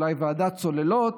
אולי ועדת צוללות,